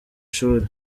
shuri